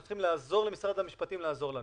אנחנו צריכים לעזור למשרד המשפטיים לעזור לנו.